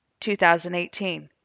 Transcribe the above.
2018